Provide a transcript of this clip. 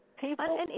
People